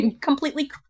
completely